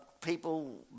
people